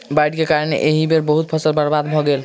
बाइढ़ के कारण एहि बेर बहुत फसील बर्बाद भअ गेल